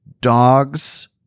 dogs